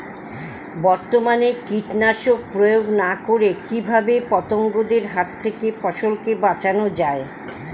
বর্তমানে কীটনাশক প্রয়োগ না করে কিভাবে পতঙ্গদের হাত থেকে ফসলকে বাঁচানো যায়?